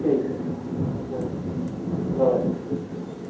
जी sir जी नमस्ते